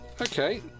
Okay